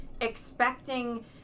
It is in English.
expecting